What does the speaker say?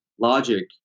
logic